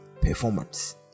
performance